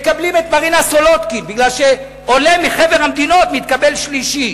מקבלים את מרינה סולודקין בגלל שעולה מחבר המדינות מתקבל שלישי.